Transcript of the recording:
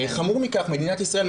חמור מכך מדינת ישראל,